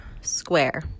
square